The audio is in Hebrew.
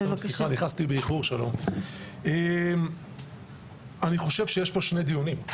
אני חושב שיש כאן שני דיונים.